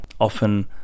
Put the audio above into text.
often